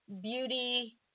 beauty